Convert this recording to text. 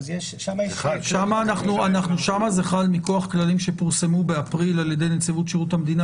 שם זה חל מכוח כללים שפורסמו על ידי נציגו ת שירות המדינה.